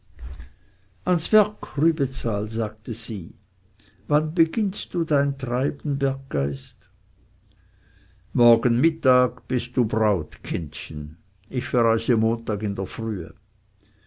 ans werk rübezahl sagte sie wann beginnst du dein treiben berggeist morgen mittag bist du braut kindchen ich verreise montag in der frühe